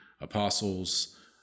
apostles